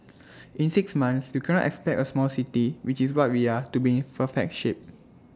in six months you cannot expect A small city which is what we are to be in perfect shape